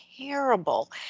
terrible